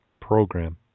program